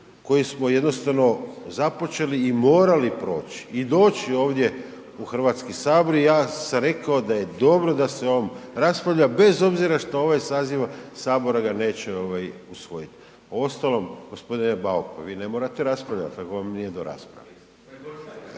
koji smo jednostavno započeli i morali proć i doći ovdje u Hrvatski sabor i ja sam rekao da je dobro da se o ovom raspravlja bez obzira šta ovaj saziv Sabor ga neće usvojiti. Uostalom, g. Bauk, pa vi ne morate raspravljati ako vam nije do rasprave.